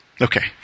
Okay